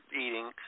eating